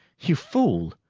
you fool,